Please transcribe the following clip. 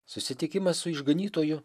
susitikimas su išganytoju